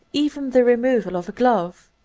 even the removal of a glove.